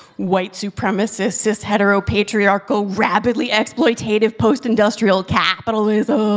white supremacist heteropatriarchical rapidly-exploitative post-industrial capitalism.